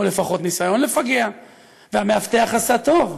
או לפחות ניסיון לפגע והמאבטח עשה טוב.